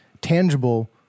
tangible